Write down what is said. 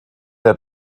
der